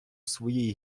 своїй